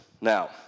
Now